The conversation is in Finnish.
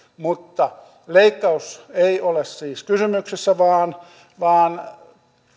mutta leikkaus ei ole siis kysymyksessä vaan vaan